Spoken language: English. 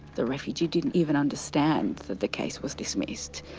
the refugee didn't even understand that the case was dismissed.